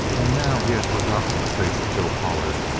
and now he had forgotten the face of joe pollard,